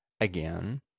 again